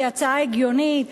היא הצעה הגיונית,